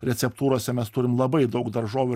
receptūrose mes turim labai daug daržovių